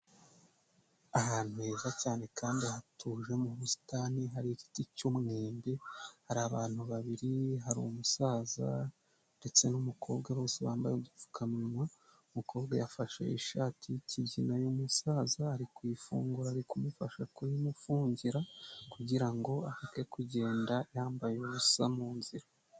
Ahantu heza cyane kandi hatuje mu busitani hari igiti cy'umwembe, hari abantu babiri, hari umusaza ndetse n'umukobwa bose bambaye udupfukamuwa, umukobwa yafashe ishati y'ikigina y'umusaza ari kuyifungura ari kumufasha kuyimufungira kugira areke kugenda yambaye ubusa mu nzira.